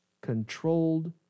controlled